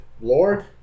Lord